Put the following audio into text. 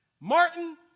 Martin